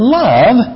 love